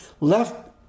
left